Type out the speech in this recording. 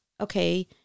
okay